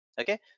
okay